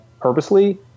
purposely